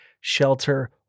shelter